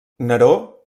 neró